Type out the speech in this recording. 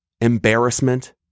embarrassment